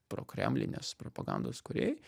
prokremlinės propagandos kūrėjai